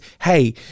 hey